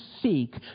seek